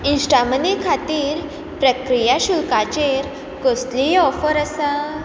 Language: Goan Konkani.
इन्स्टा मनी खातीर प्रक्रिया शुल्काचेर कसलीय ऑफर आसा